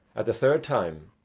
at the third time,